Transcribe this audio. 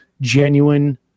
genuine